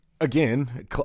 again